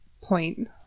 point